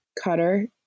Cutter